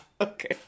okay